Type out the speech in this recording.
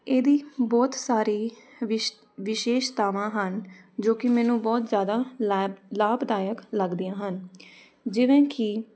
ਇਹਦੀ ਬਹੁਤ ਸਾਰੀ ਵਿਸ਼ ਵਿਸ਼ੇਸ਼ਤਾਵਾਂ ਹਨ ਜੋ ਕਿ ਮੈਨੂੰ ਬਹੁਤ ਜ਼ਿਆਦਾ ਲਾਭ ਲਾਭਦਾਇਕ ਲੱਗਦੀਆਂ ਹਨ ਜਿਵੇਂ ਕਿ